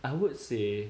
I would say